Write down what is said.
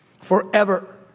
forever